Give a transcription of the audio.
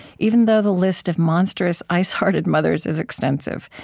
even though the list of monstrous, ice-hearted mothers is extensive.